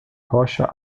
rocha